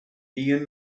ian